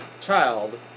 child